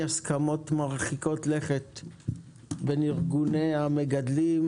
הסכמות מרחיקות לכת בין איגודי המגדלים